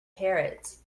parrots